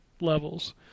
levels